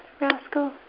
Rascal